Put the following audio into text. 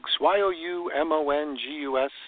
Y-O-U-M-O-N-G-U-S